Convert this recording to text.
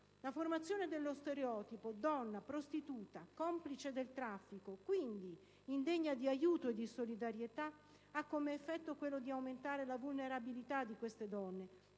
La formazione dello stereotipo donna prostituta-complice del traffico, quindi indegna di aiuto e di solidarietà, ha come effetto quello di aumentare la vulnerabilità di queste donne,